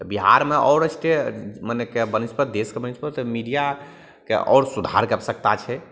तऽ बिहारमे आओर इस्टेट मनेके बनिस्पत देशके बनिस्पत मीडिआके आओर सुधारके आवश्यकता छै